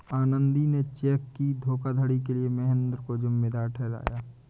आनंदी ने चेक की धोखाधड़ी के लिए महेंद्र को जिम्मेदार ठहराया